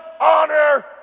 honor